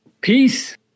Peace